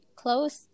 close